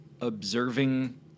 observing